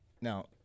now